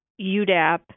UDAP